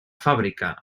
fàbrica